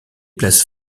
places